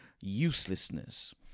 uselessness